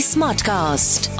Smartcast